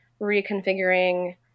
reconfiguring